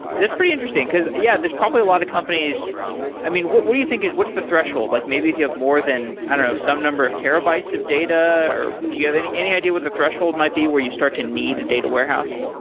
this is pretty interesting, because yeah, there's probably a lot of companies i mean, what what do you think what's the threshold? like maybe if you have more than i don't know, some number of terabytes of data, or do you have any any idea what the threshold might be where you start to need a data warehouse?